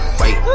wait